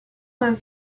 moins